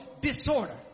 disorder